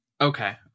Okay